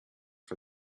for